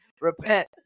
Repent